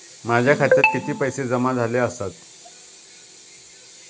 माझ्या खात्यात किती पैसे जमा झाले आसत?